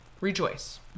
rejoice